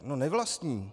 No nevlastní.